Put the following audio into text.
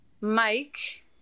mike